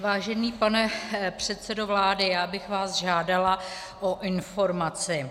Vážený pane předsedo vlády, já bych vás žádala o informaci.